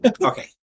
Okay